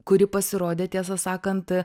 kuri pasirodė tiesą sakant